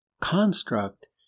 construct